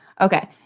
Okay